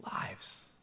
lives